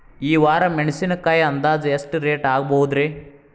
ಈ ವಾರ ಮೆಣಸಿನಕಾಯಿ ಅಂದಾಜ್ ಎಷ್ಟ ರೇಟ್ ಆಗಬಹುದ್ರೇ?